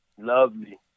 Lovely